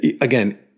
again